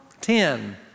ten